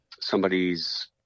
somebody's